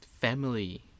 family